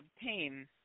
obtain